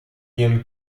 ian